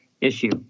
issue